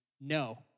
No